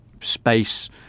space